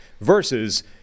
versus